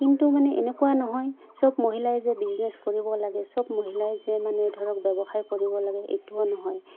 কিন্তু মানে এনেকুৱা নহয় চব মহিলাই যে বিজনেছ কৰিব লাগে চব মহিলাই যে মানে ধৰক ব্যৱসায় কৰিব লাগে এইটোও নহয়